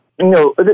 No